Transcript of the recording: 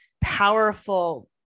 powerful